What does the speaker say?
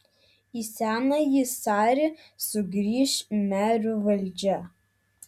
į senąjį sarį sugrįš merių valdžia